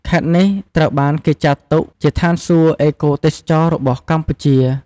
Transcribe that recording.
ខេត្តនេះត្រូវបានគេចាត់ទុកជាឋានសួគ៌អេកូទេសចរណ៍របស់កម្ពុជា។